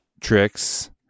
tricks